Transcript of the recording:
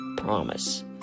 promise